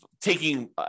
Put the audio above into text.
taking